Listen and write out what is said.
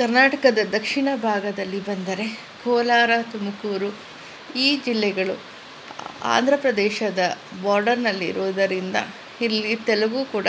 ಕರ್ನಾಟಕದ ದಕ್ಷಿಣ ಭಾಗದಲ್ಲಿ ಬಂದರೆ ಕೋಲಾರ ತುಮಕೂರು ಈ ಜಿಲ್ಲೆಗಳು ಆಂಧ್ರ ಪ್ರದೇಶದ ಬಾರ್ಡರ್ನಲ್ಲಿ ಇರುವುದರಿಂದ ಇಲ್ಲಿ ತೆಲುಗೂ ಕೂಡ